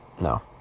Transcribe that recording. no